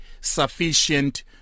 sufficient